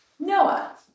Noah